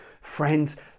Friends